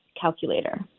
calculator